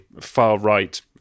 far-right